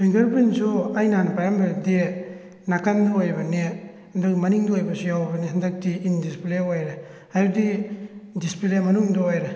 finger ꯄ꯭ꯔꯤꯟꯠꯁꯨ ꯑꯩꯅ ꯍꯥꯟꯅ ꯄꯥꯏꯔꯝꯕꯗꯨꯗꯤ ꯅꯥꯀꯟꯗ ꯑꯣꯏꯕꯅꯤ ꯑꯗꯨ ꯃꯅꯤꯡꯗ ꯑꯣꯏꯕꯁꯨ ꯌꯥꯎꯕꯅꯤ ꯍꯟꯗꯛꯇꯤ ꯏꯟ ꯗꯤꯁꯄ꯭ꯂꯦ ꯑꯣꯏꯔꯦ ꯍꯥꯏꯕꯗꯤ ꯗꯤꯁꯄ꯭ꯂꯦ ꯃꯅꯨꯡꯗ ꯑꯣꯏꯔꯦ